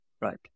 right